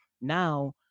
Now